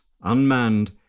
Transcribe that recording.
unmanned